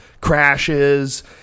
Crashes